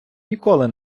ніколи